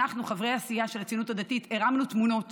אנחנו, חברי הסיעה של הציונות הדתית, הרמנו תמונות